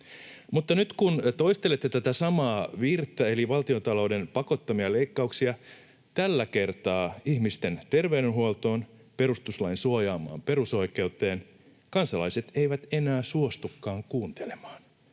Mutta nyt kun toistelette tätä samaa virttä eli valtiontalouden pakottamia leikkauksia, tällä kertaa ihmisten terveydenhuoltoon, perustuslain suojaamaan perusoikeuteen, kansalaiset eivät enää suostukaan kuuntelemaan.